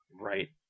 Right